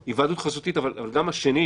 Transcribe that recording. כולל היוועדות חזותית אבל גם השני,